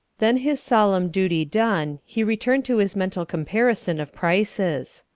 then his solemn duty done, he returned to his mental comparison of prices.